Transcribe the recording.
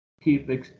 Keep